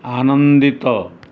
ଆନନ୍ଦିତ